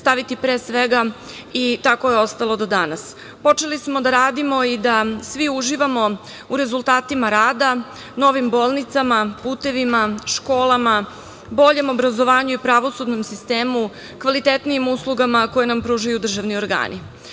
staviti pre svega i tako je ostalo do danas. Počeli smo da radimo i da svi uživamo u rezultatima rada, novim bolnicama, putevima, školama, boljem obrazovanju i pravosudnom sistemu, kvalitetnijim uslugama koje nam pružaju državni organi. Sve